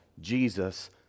Jesus